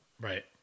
Right